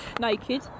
Naked